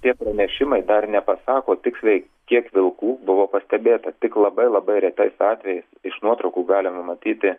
tie pranešimai dar nepasako tiksliai kiek vilkų buvo pastebėta tik labai labai retais atvejais iš nuotraukų galime matyti